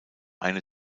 einer